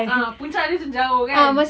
ah puncak dia macam jauh kan